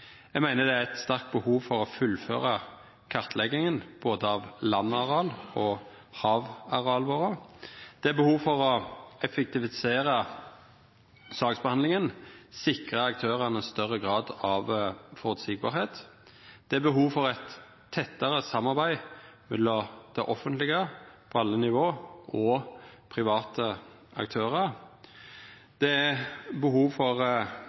Eg meiner det er eit sterkt behov for å fullføra kartlegginga av både landarealet og havarealet vårt. Det er behov for å effektivisera saksbehandlinga og sikra aktørane meir føreseielege vilkår. Det er behov for eit tettare samarbeid mellom det offentlege – på alle nivå – og private aktørar. Det er behov for